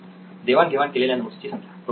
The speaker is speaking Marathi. नितीन देवाण घेवाण केलेल्या नोट्स ची संख्या